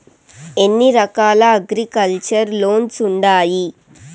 ఎన్ని రకాల agriculture loans ఉండాయి